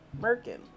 Merkin